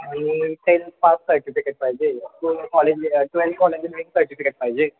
आणि tenth pass certificate पाहिजे टवे college twelfth college leaving certificate पाहिजे